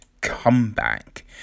comeback